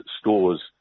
Stores